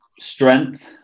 strength